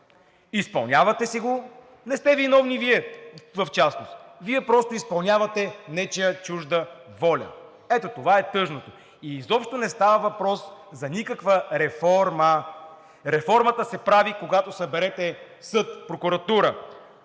изпълнявате си го. Не сте виновни Вие в частност. Вие просто изпълнявате нечия чужда воля – ето това е тъжното. И изобщо не става въпрос за никаква реформа. Реформата се прави, когато съберете съд, прокуратура,